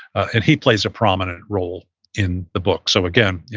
and he plays a prominent role in the book. so again, yeah